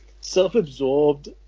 self-absorbed